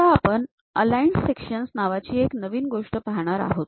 आता आपण aligned sections नावाची एक नवीन गोष्ट पाहणार आहोत